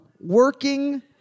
working